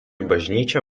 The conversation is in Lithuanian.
bažnyčia